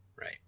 right